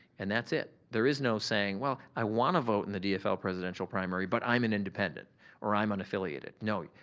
and that's it. it. there is no saying well, i wanna vote in the dfl presidential primary but i'm an independent or i'm unaffiliated. no,